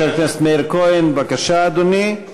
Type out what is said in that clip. חבר הכנסת מאיר כהן, בבקשה, אדוני.